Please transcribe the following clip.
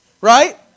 right